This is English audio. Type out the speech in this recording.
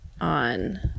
on